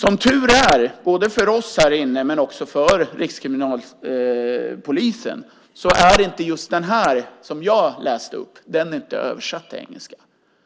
Som tur är för oss här inne och för Rikskriminalpolisen är inte just det som jag läste upp översatt till engelska,